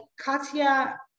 Katya